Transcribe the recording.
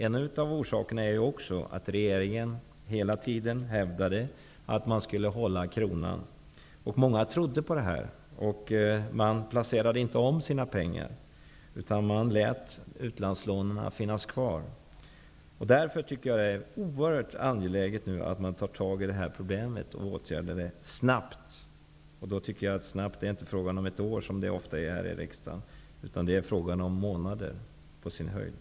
En av orsakerna till det som sker är att regeringen hela tiden hävdade att man skulle hålla kronans värde uppe. Många trodde på detta. De placerade inte om pengarna, utan de lät utlandslånen finnas kvar. Därför tycker jag att det är oerhört angeläget att problemet åtgärdas snabbt. Snabbt är inte fråga om ett år, som det ofta är i riksdagen. Det är på sin höjd fråga om månader.